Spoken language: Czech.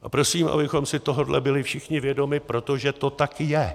A prosím, abychom si tohohle byli všichni vědomi, protože to tak je.